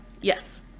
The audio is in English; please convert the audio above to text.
Yes